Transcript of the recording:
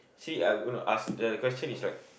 actually I gonna ask the question is like